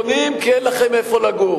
הפסקנו להאמין שאתם בונים כי אין לכם איפה לגור.